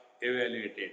evaluated